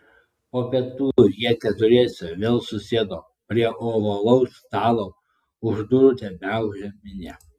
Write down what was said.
po pietų jie keturiese vėl susėdo prie ovalaus stalo už durų tebeūžė minia